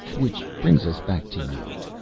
which brings us back to you.